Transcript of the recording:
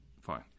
fine